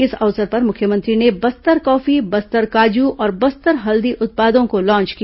इस अवसर पर मुख्यमंत्री ने बस्तर कॉफी बस्तर काजू और बस्तर हल्दी उत्पादों को लॉन्च किया